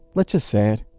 let's just say it,